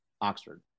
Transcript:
Oxford